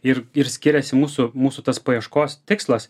ir ir skiriasi mūsų mūsų tas paieškos tikslas